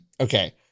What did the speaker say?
Okay